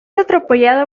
atropellado